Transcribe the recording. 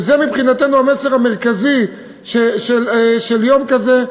שזה מבחינתנו המסר המרכזי של יום כזה,